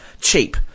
cheap